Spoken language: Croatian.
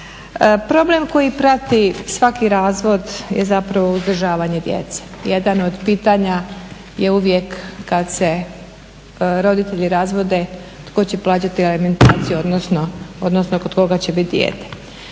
Problem koji prati svaki razvod je zapravo uzdržavanje djece. Jedno od pitanja je uvijek kad se roditelji razvode tko će plaćati alimentaciju odnosno kod koga će biti dijete?